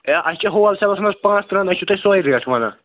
ہے اَسہِ چھِ wholesale منٛز پانٛژھ ترٕٛہن أسۍ چھِو تۄہہِ سۅے ریٹ وَنان